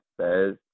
says